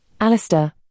Alistair